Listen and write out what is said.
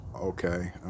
Okay